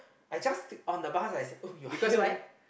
I just sit on the bus I said oh you are here